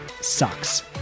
sucks